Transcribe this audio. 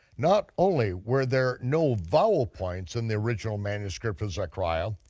not only were there no vowel points in the original manuscript of zechariah,